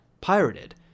pirated